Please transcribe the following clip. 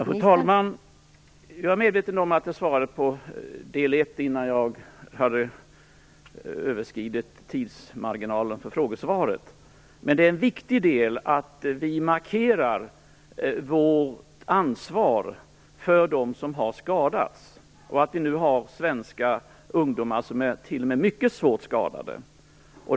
Fru talman! Jag är medveten om att jag bara svarade på den första frågan innan jag hade överskridit tidsmarginalen för frågesvaret. Men det är viktigt att vi markerar vårt ansvar för dem som har skadats och för att vi nu har svenska ungdomar som är t.o.m. mycket svårt skadade.